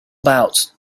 about